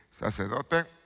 sacerdote